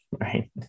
Right